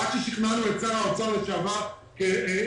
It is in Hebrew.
עד ששכנענו את שר האוצר לשעבר להביא